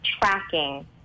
tracking